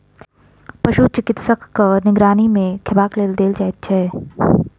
पशु चिकित्सकक निगरानी मे खयबाक लेल देल जाइत छै